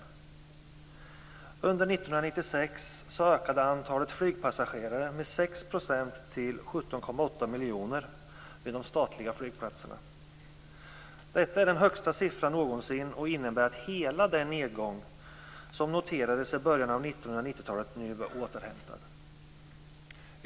Under 1996 ökade antalet flygpassagerare med 6 % till 17,8 miljoner vid de statliga flygplatserna. Detta är den högsta siffran någonsin och innebär att hela den nedgång som noterades i början av 1990 talet nu är återhämtad.